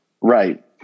Right